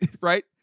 Right